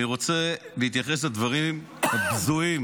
אני רוצה להתייחס לדברים הבזויים